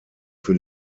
für